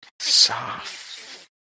soft